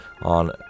on